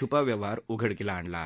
छुपा व्यवहार उघडकीस आणला आहे